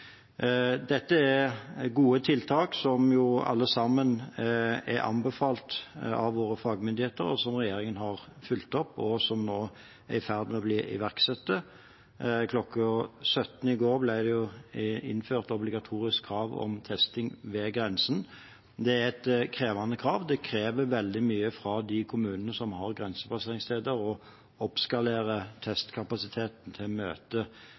Dette er gode tiltak som alle sammen er anbefalt av våre fagmyndigheter, som regjeringen har fulgt opp, og som nå er i ferd med å bli iverksatt. Klokken 17 i går ble det innført obligatorisk krav om testing ved grensen. Det er et krevende krav. Det krever veldig mye fra de kommunene som har grensepasseringssteder, å oppskalere testkapasiteten til å møte